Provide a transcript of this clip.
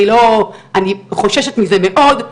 אני חוששת מזה מאוד.